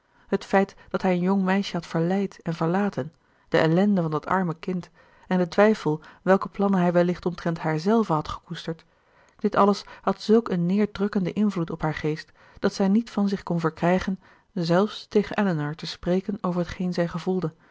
het feit dat hij een jong meisje had verleid en verlaten de ellende van dat arme kind en de twijfel welke plannen hij wellicht omtrent haarzelve had gekoesterd dit alles had zulk een neerdrukkenden invloed op haar geest dat zij niet van zich kon verkrijgen zelfs tegen elinor te spreken over t geen zij gevoelde